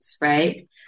right